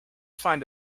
find